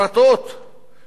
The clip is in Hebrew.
שהיו במשק,